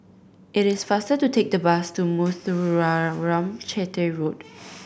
it is faster to take the bus to Muthuraman Chetty Road